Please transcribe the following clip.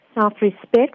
self-respect